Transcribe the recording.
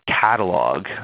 catalog